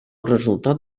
resultat